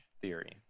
theory